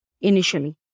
initially